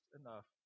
enough